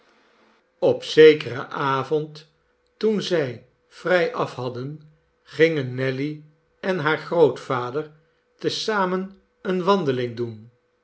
op zekeren avond toen zij vrijaf hadden gingen nelly en haar grootvader te zamen eene wandeling doen